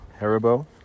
Haribo